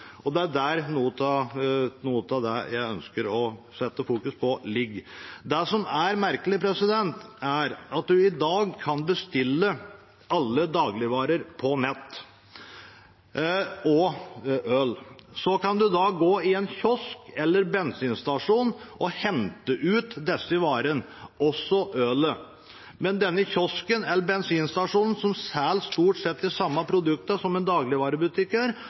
Det er her noe av det jeg ønsker å fokusere på, ligger. Det som er merkelig, er at man i dag kan bestille alle dagligvarer på nettet – også øl. Så kan man gå i en kiosk eller en bensinstasjon og hente ut disse varene – også ølet. Men denne kiosken eller denne bensinstasjonen, som selger stort sett de samme produktene som en